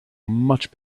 much